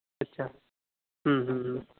ᱟᱪᱪᱷᱟ